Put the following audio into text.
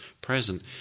present